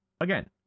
again